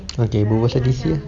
okay berbual pasal D_C lah